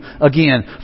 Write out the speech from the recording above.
again